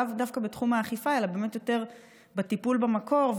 לאו דווקא בתחום האכיפה אלא יותר בטיפול במקור,